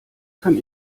kann